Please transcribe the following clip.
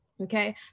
Okay